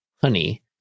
honey